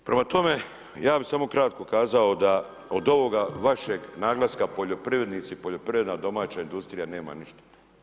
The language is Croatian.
Prema tome, ja bih samo kratko kazao da od ovoga vašeg naglaska poljoprivrednici i poljoprivredna domaća industrija nema ništa.